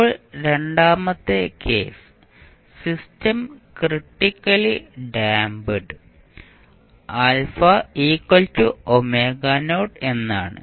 ഇപ്പോൾ രണ്ടാമത്തെ case system critically damp ɑ എന്നാണ്